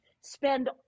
spend